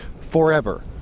forever